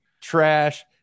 trash